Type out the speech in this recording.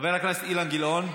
חבר הכנסת אילן גילאון,